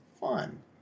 fun